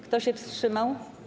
Kto się wstrzymał?